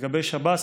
לגבי שב"ס,